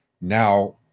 Now